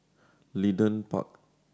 Leedon Park